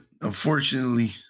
unfortunately